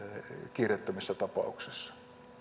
kiireettömissä tapauksissa